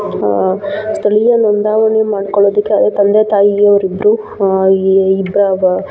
ಸ್ಥಳೀಯ ನೋಂದಾವಣಿ ಮಾಡಿಕೊಳ್ಳೊದಕ್ಕೆ ತಂದೆ ತಾಯಿಯವ್ರು ಇಬ್ಬರು ಈ ಇಬ್ಬದ